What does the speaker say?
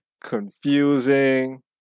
confusing